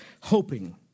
hoping